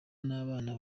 n’abana